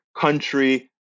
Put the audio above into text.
country